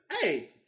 Hey